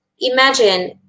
imagine